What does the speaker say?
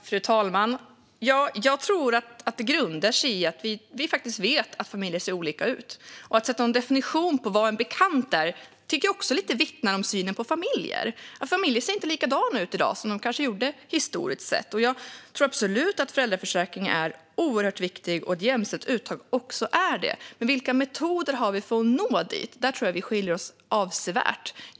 Fru talman! Jag tror att det grundar sig i att vi vet att familjer ser olika ut. Att vilja sätta en definition på vad en bekant är tycker jag vittnar om synen på familjer. Familjer ser kanske inte likadana ut i dag som de gjorde historiskt sett. Jag tror absolut att föräldraförsäkringen är oerhört viktig och att ett jämställt uttag också är det. Men vilka metoder har vi för att nå dit? Där tror jag att vi skiljer oss åt avsevärt.